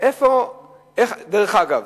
דרך אגב,